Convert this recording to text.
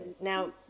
Now